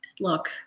look